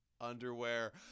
underwear